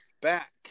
Back